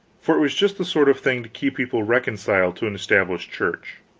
for it was just the sort of thing to keep people reconciled to an established church.